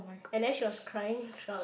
and then she was crying throughout the